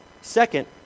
Second